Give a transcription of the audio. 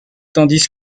tandis